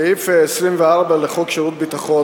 סעיף 24א לחוק שירות ביטחון ,